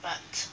but